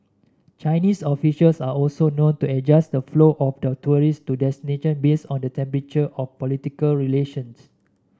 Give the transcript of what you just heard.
Chinese officials are also known to adjust the flow of tourists to destinations based on the temperature of political relations